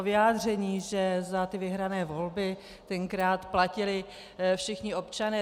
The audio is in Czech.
Vyjádření, že za vyhrané volby tenkrát platili všichni občané.